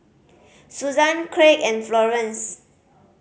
Suzan Craig and Florance